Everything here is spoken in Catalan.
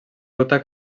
ruta